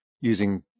using